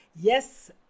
yes